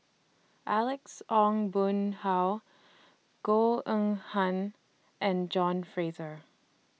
Alex Ong Boon Hau Goh Eng Han and John Fraser